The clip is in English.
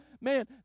man